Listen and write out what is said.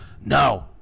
No